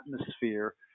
atmosphere